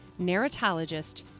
narratologist